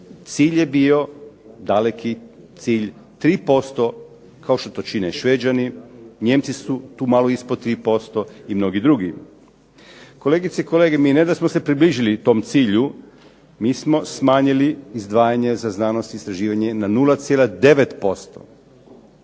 Cilj je bio, daleki cilj 3% kao što to čine Šveđani, Nijemci su tu malo ispod 3% i mnogi drugi. Kolegice i kolege, mi ne da smo se približili tom cilju, mi smo smanjili izdvajanje za znanost i istraživanje na 0,9%,